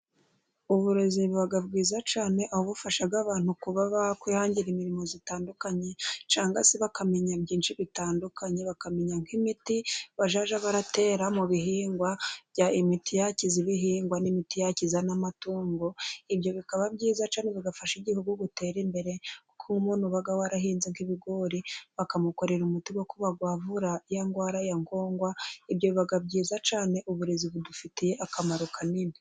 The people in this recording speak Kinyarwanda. Uburezi buba bwiza cyane, aho bufasha abantu kuba bakwihangira imirimo itandukanye, cyangwa se bakamenya byinshi bitandukanye, bakamenya nk'imiti bazajya batera mu bihingwa bya imiti, yakize ibihingwa n'imiti yakiza n'amatungo, ibyo bikaba byiza cyane bigafasha igihugu gutera imbere, kuko umuntu uba warahinze ibigori bakamukorera umuti wo kuba wavura ya ndwara, ya nkongwa ibyo biba byiza cyane kuko uburezi budufitiye akamaro kanini.